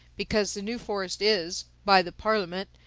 because the new forest is, by the parliament,